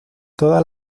todas